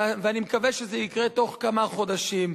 ואני מקווה שזה יקרה תוך כמה חודשים,